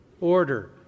Order